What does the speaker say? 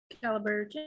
caliber